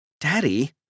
Daddy